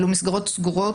אלו מסגרות סגורות.